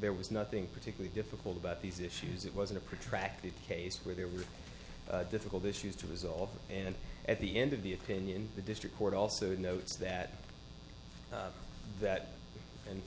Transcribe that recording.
there was nothing particularly difficult about these issues it was a protracted case where there were difficult issues to resolve and at the end of the opinion the district court also notes that that and